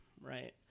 right